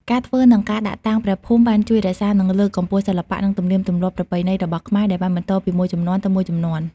ការធ្វើ និងការដាក់តាំងព្រះភូមិបានជួយរក្សានិងលើកកម្ពស់សិល្បៈ និងទំនៀមទម្លាប់ប្រពៃណីរបស់ខ្មែរ ដែលបានបន្តពីមួយជំនាន់ទៅមួយជំនាន់។